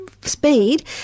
speed